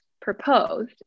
proposed